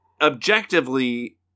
objectively